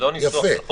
זה לא ניסוח, זה חוק.